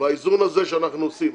באיזון הזה שאנחנו עושים --- איך?